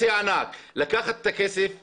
לקחת את הכסף לילדים,